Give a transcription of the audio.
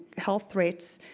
health threats,